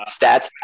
Stats